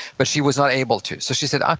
but she was not able to, so she said, um